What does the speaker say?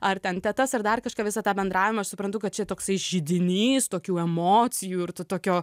ar ten tetas ar dar kažką visą tą bendravimą aš suprantu kad čia toksai židinys tokių emocijų ir to tokio